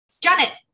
Janet